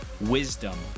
wisdom